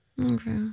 Okay